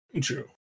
True